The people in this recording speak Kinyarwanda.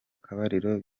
akabariro